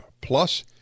Plus